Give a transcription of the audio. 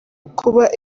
kuba